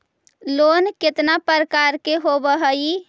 Loan केतना प्रकार के होव हइ?